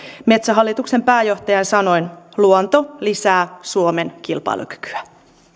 metsähallituksen pääjohtajan sanoin luonto lisää suomen kilpailukykyä